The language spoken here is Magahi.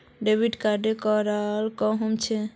डेबिट कार्ड केकरा कहुम छे?